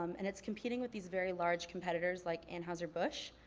um and it's competing with these very large competitors like anheuser busch.